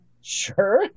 Sure